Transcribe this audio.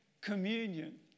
communion